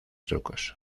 trucos